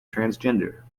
transgender